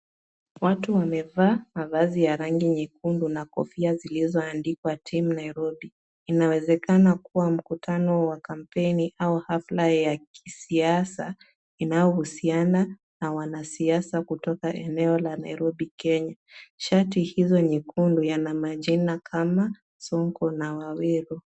Watu wamevaa mavazi ya rangi nyekundu na kofia zilizoandikwa team Nairobi. Inawezekana kuwa mkutano wa kampeni au hafla ya kisiasa inayohusiana na wanasiasa kutoka eneo la Nairobi, Kenya. Shati hizo nyekundu yana majina kama Sonko na Waweru.